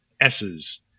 S's